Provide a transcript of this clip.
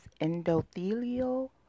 endothelial